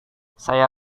saya